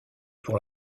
pour